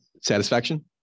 Satisfaction